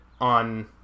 on